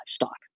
livestock